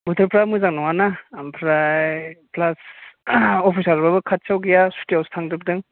बोथोरफ्राबो मोजां नङाना ओमफ्राय प्लास अफिसार फोराबो खाथियाव गैया सुथिआवसो थांजोबदों